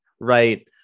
right